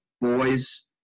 boys